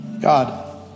God